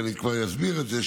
וכבר אסביר את זה,